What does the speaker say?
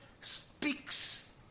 speaks